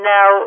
Now